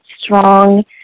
strong